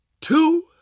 two